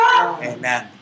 Amen